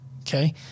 Okay